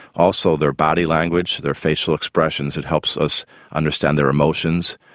also their body language, their facial expressions it helps us understand their emotions,